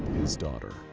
his daughter.